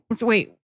wait